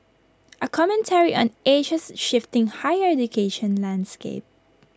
A commentary on Asia's shifting higher education landscape